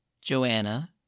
Joanna